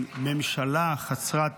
עם ממשלה חסרת